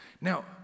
Now